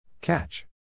Catch